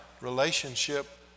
relationship